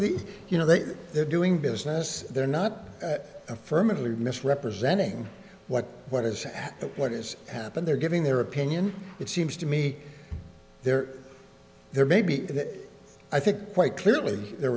are the you know they're doing business they're not affirmatively misrepresenting what what is and what is happened they're giving their opinion it seems to me there there may be i think quite clearly there